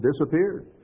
disappeared